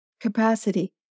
capacity